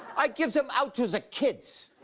i give them out to the kids